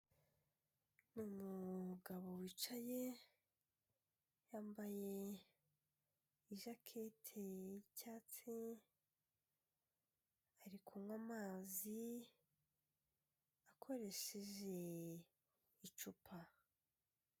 Umugabo wicaye yambaye ijaketi y'icyatsi, ari kunywa amazi akoresheje icupa.